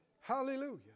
Hallelujah